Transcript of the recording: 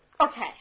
Okay